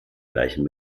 gleichen